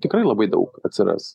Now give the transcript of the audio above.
tikrai labai daug atsiras